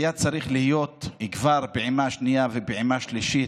כבר הייתה צריכה להיות פעימה שנייה ופעימה שלישית,